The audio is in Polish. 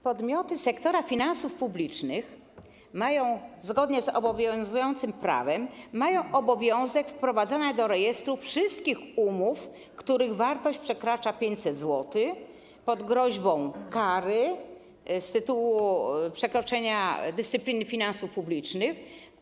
Podmioty sektora finansów publicznych zgodnie z obowiązującym prawem mają obowiązek wprowadzania do rejestru wszystkich umów, których wartość przekracza 500 zł, pod groźbą kary z tytułu przekroczenia dyscypliny finansów publicznych.